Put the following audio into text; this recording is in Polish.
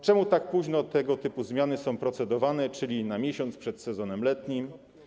Czemu tak późno tego typu zmiany są procedowane, czyli na miesiąc przed sezonem letnim?